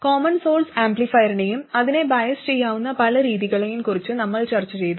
common source ആംപ്ലിഫയറിനെയും അതിനെ bias ചെയ്യാവുന്ന പല രീതികളെയും കുറിച്ച് നമ്മൾ ചർച്ചചെയ്തു